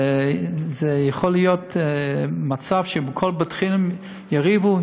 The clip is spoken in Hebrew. זה יכול להביא למצב שבכל בית-חולים יריבו,